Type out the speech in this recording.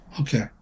Okay